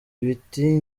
ibiti